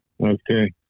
Okay